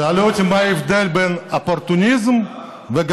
שאלו אותי מה ההבדל בין אופורטוניזם וגח"לטניזם.